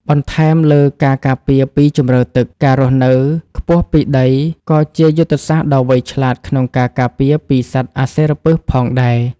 បន្ថែមលើការការពារពីជម្រៅទឹក ការរស់នៅខ្ពស់ពីដីក៏ជាយុទ្ធសាស្ត្រដ៏វៃឆ្លាតក្នុងការការពារពីសត្វអសិរពិសផងដែរ។